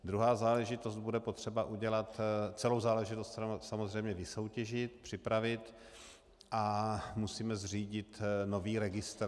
Druhá záležitost, kterou bude potřeba udělat celou záležitost samozřejmě vysoutěžit, připravit a musíme zřídit nový registr.